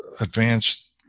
advanced